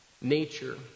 nature